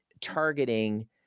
targeting